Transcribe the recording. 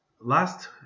last